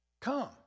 Come